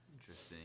Interesting